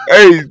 Hey